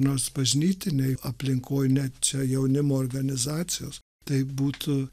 nors bažnytinėje aplinkoje ne čia jaunimo organizacijos taip būtų